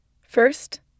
First